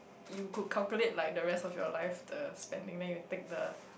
you could calculate like the rest of your life the spending then you take the